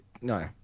no